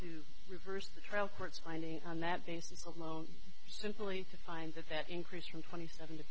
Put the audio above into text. to reverse the trial court's finding on that basis alone simply to find that that increase from twenty seven to